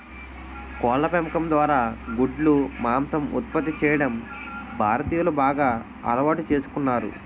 కోళ్ళ పెంపకం ద్వారా గుడ్లు, మాంసం ఉత్పత్తి చేయడం భారతీయులు బాగా అలవాటు చేసుకున్నారు